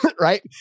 right